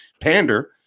pander